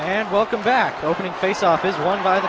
and welcome back opening faceoff is won by